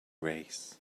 race